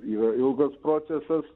yra ilgas procesas